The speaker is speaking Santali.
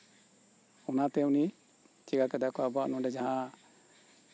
ᱚᱱᱟᱛᱮ ᱩᱱᱤ ᱪᱤᱠᱟᱹ ᱠᱮᱫᱮᱭᱟᱠᱚ ᱟᱵᱚᱣᱟᱜ ᱱᱚᱰᱮ ᱡᱟᱦᱟᱸ